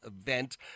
event